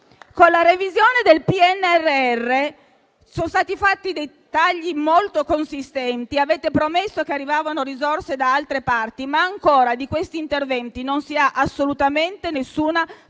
Con la revisione del PNRR sono stati fatti dei tagli molto consistenti. Avete promesso che sarebbero arrivate risorse da altre parti, ma ancora di questi interventi non si ha assolutamente nessuna traccia.